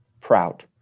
proud